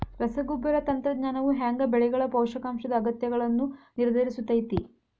ರಸಗೊಬ್ಬರ ತಂತ್ರಜ್ಞಾನವು ಹ್ಯಾಂಗ ಬೆಳೆಗಳ ಪೋಷಕಾಂಶದ ಅಗತ್ಯಗಳನ್ನ ನಿರ್ಧರಿಸುತೈತ್ರಿ?